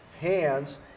hands